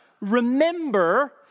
remember